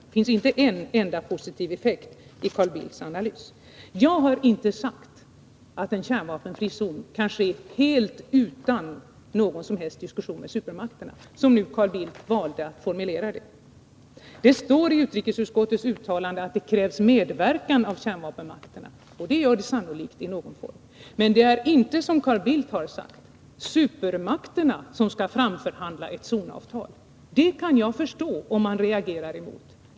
Det finns inte en enda positiv effekt nämnd i Carl Bildts analys. Jag har inte sagt att en kärnvapenfri zon kan inrättas helt utan någon diskussion med supermakterna, som Carl Bildt nu valde att formulera det. Det står i utrikesutskottets uttalande att det krävs medverkan från kärnvapenmakterna, och det gör det sannolikt i någon form. Men det är inte - som Carl Bildt har sagt — supermakterna som skall framförhandla ett zonavtal. Jag kan förstå om man reagerar mot det.